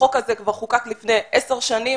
החוק הזה חוקק כבר לפני 10 שנים